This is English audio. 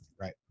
right